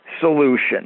solution